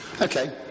Okay